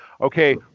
okay